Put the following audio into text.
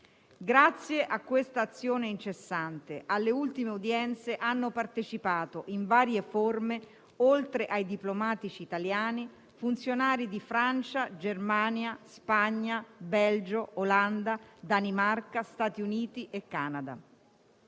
Grazie a questa azione incessante, alle ultime udienze hanno partecipato, in varie forme, oltre ai diplomatici italiani, funzionari di Francia, Germania, Spagna, Belgio, Olanda, Danimarca, Stati Uniti e Canada.